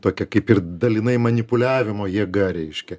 tokia kaip ir dalinai manipuliavimo jėga reiškia